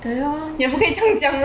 对 orh